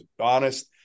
honest